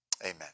amen